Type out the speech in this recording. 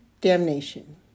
damnation